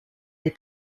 des